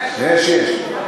אולי, יש, יש.